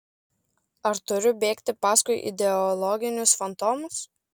ar turiu bėgti paskui ideologinius fantomus